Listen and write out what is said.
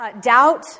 doubt